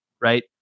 Right